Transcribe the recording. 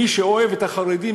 מי שאוהב את החרדים,